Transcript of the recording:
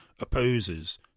opposes